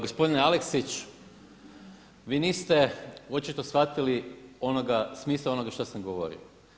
Gospodine Aleksić, vi niste očito shvatili smisao onoga što sam govorio.